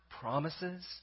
promises